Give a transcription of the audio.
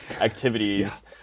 activities